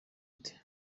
ati